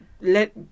let